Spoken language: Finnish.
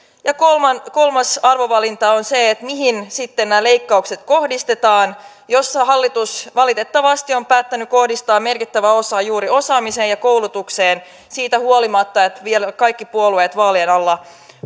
kolmas arvovalinta on se mihin sitten nämä leikkaukset kohdistetaan ja hallitus valitettavasti on päättänyt kohdistaa merkittävän osan juuri osaamiseen ja koulutukseen siitä huolimatta että kaikki puolueet vielä vaalien alla